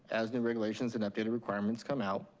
as new regulations and updated requirements come out,